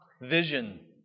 vision